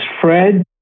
Fred